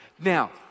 Now